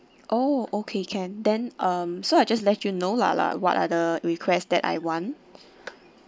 oh okay can then um so I just let you know lah uh what are the requests that I want